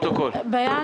ותד,